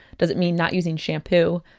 does it mean not using shampoo?